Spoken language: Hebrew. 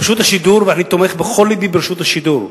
רשות השידור, ואני תומך בכל לבי ברשות השידור,